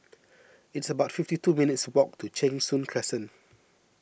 it's about fifty two minutes' walk to Cheng Soon Crescent